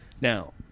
Now